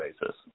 basis